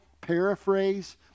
paraphrase